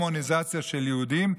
לדמוניזציה של יהודים.